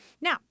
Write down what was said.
Now